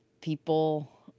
people